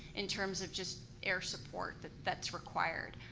in terms of just air support but that's required.